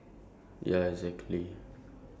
something different ya